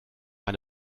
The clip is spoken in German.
eine